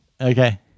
okay